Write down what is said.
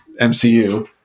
MCU